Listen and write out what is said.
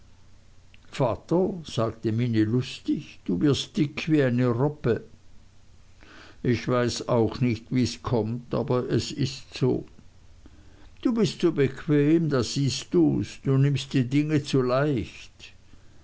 vater sagte minnie lustig du wirst dick wie eine robbe ich weiß auch nicht wies kommt aber es ist so du bist zu bequem da siehst dus du nimmst die dinge zu leicht